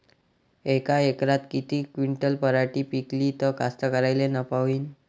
यका एकरात किती क्विंटल पराटी पिकली त कास्तकाराइले नफा होईन?